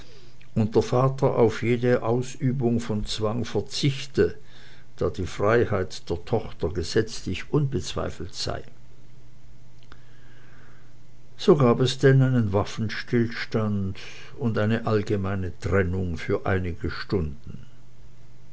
und der vater auf jede ausübung von zwang verzichte da die freiheit der tochter gesetzlich unbezweifelt sei so gab es denn einen waffenstillstand und eine allgemeine trennung für einige stunden